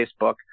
Facebook